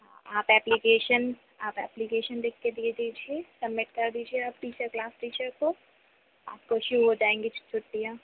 आप ऐप्लीकेशन आप ऐप्लीकेशन लिख के दे दीजिए सबमिट कर दीजिए आप टीचर क्लास टीचर को आपको शुरू हो जाएँगी छुट्टियाँ